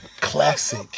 Classic